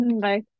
Bye